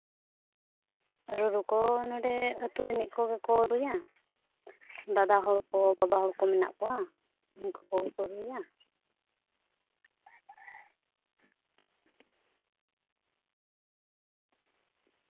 ᱨᱩᱨᱩ ᱠᱚ ᱱᱚᱰᱮ ᱟᱹᱛᱩ ᱨᱤᱱᱤᱡ ᱠᱚᱜᱮ ᱠᱚ ᱨᱩᱭᱟ ᱫᱟᱫᱟ ᱦᱚᱲ ᱠᱚ ᱵᱟᱵᱟ ᱦᱚᱲ ᱠᱚ ᱢᱮᱱᱟᱜ ᱠᱚᱣᱟ ᱩᱱᱠᱩ ᱠᱚᱜᱮ ᱠᱚ ᱨᱩᱭᱟ